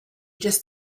just